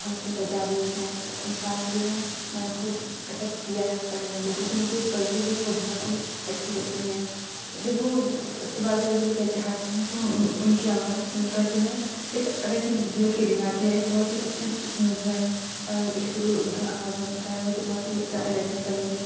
بہت سی تجاویز ہیں ان فیکٹ جو ہے میں نے خود سب کیا ہے پرندوں کو کیوںکہ مجھے پرندے جو ہے وہ بہت ہی اچھے لگتے ہیں جب وہ صبح کے وقت جب وہ چہچہاتے ہیں تو ان ان کی آواز سن کر جو ہے ایک الگ ہی جو ہے فیلنگ آتی ہے ایک بہت ہی اچھا سو جو ہے ایک سرور ان کی آواز میں ہوتا ہے مجھے بہت ہی پیارے لگتے ہیں پرندے